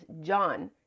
John